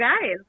guys